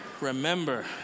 Remember